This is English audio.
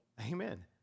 Amen